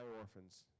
orphans